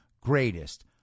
greatest